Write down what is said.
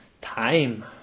time